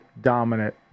dominant